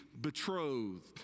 betrothed